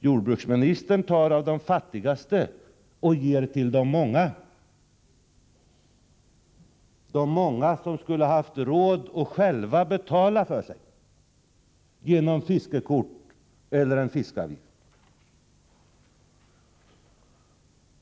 Jordbruksministern tar av de fattigaste och ger till de många, de många som skulle ha haft råd att själva betala för sig genom fiskekort eller en fiskeavgift.